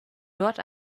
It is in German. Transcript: dort